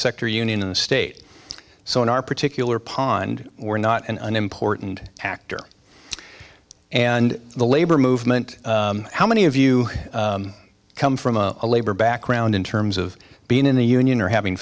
sector union in the state so in our particular pond we're not an unimportant actor and the labor movement how many of you come from a labor background in terms of being in the union or having